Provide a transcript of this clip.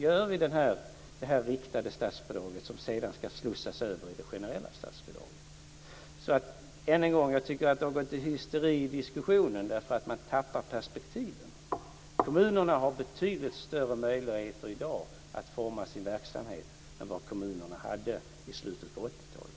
Därför gör vi det riktade statsbidraget, som sedan ska slussas över i det generella statsbidraget. Än en gång: Jag tycker att det har gått hysteri i diskussionen därför att man tappar perspektiven. Kommunerna har betydligt större möjligheter i dag att forma sin verksamhet än vad kommunerna hade i slutet av 80-talet.